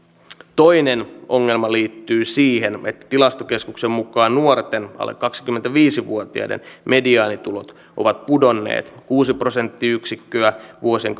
toinen ongelma liittyy siihen että tilastokeskuksen mukaan nuorten alle kaksikymmentäviisi vuotiaiden mediaanitulot ovat pudonneet kuusi prosenttiyksikköä vuosien